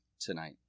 tonight